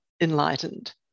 enlightened